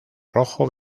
rojo